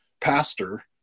pastor